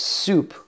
soup